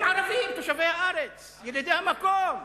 הם ערבים תושבי הארץ, ילידי המקום.